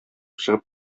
чыгып